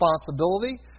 responsibility